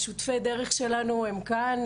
שותפי הדרך שלנו הם כאן,